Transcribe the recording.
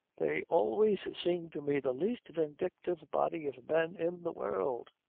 they always seemed to me the least vindictive body of men in the world.